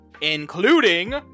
including